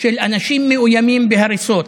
של אנשים המאוימים בהריסות,